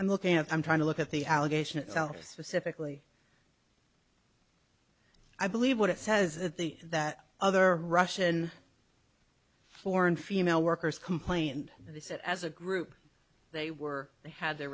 i'm looking i'm trying to look at the allegation itself specifically i believe what it says that the that other russian foreign female workers complained that they said as a group they were they had their